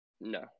no